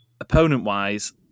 opponent-wise